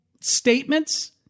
statements